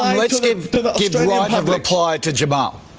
let's give right of reply to jamal.